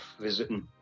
visiting